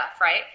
right